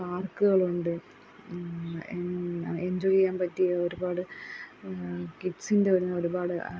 പാർക്ക്കളുണ്ട് എൻ അ എഞ്ചോയ് ചെയ്യാൻ പറ്റിയ ഒരുപാട് കിഡ്സിൻ്റെ വരുന്ന ഒരുപാട്